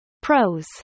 Pros